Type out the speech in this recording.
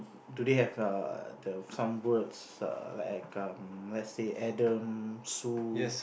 do they have err the some words like um lets say Adam Sue